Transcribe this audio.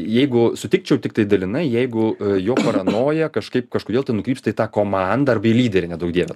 jeigu sutikčiau tiktai dalinai jeigu jo paranoja kažkaip kažkodėl tai nukrypsta į tą komandą arba į lyderį neduok dieve